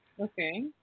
Okay